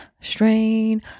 strain